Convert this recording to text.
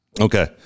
Okay